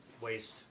Waste